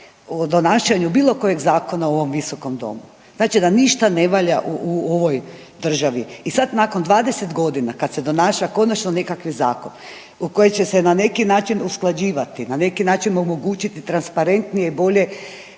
donašanju bilo kojeg zakona u ovom viskom domu. Znači da ništa ne valja u ovoj državi i sad nakon 20 godina kad se donaša konačno nekakav zakon u koji će se na neki način usklađivati, na neki način omogućiti transparentnije i bolje